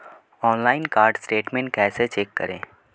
Online card statement कैसे check करें?